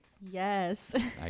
Yes